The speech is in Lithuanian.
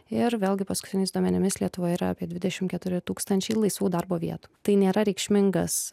ir vėlgi paskutiniais duomenimis lietuvoje yra apie dvidešim keturi tūkstančiai laisvų darbo vietų tai nėra reikšmingas